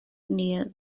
near